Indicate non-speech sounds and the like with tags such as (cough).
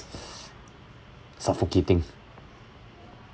(breath) suffocating